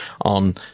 on